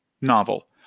novel